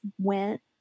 went